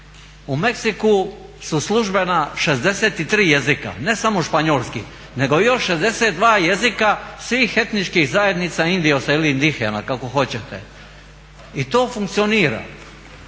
U Meksiku su službena 63 jezika, ne samo španjolski nego još 62 jezika svih etničkih zajednica …/Govornik se ne razumije./… kako hoćete. I to funkcionira.